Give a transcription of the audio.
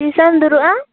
ᱛᱤᱥᱚᱜᱼᱮᱢ ᱫᱩᱲᱩᱵ ᱟ